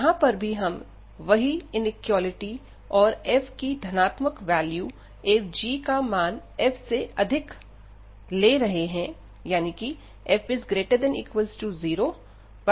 यहां पर भी हम वही इनिक्वालिटी और f की धनात्मक वैल्यू एवं g का मान f से अधिक माना जा रहा है 0≤f≤g